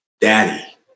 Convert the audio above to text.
Daddy